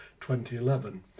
2011